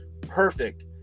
perfect